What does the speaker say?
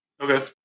Okay